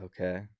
Okay